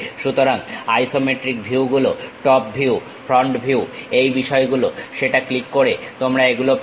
সুতরাং isometric view গুলো top view front view এই বিষয়গুলো সেটা ক্লিক করে তোমরা এগুলো পাবে